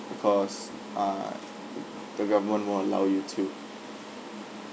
because ah th~ the government won't allow you to